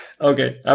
Okay